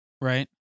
Right